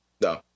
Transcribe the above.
No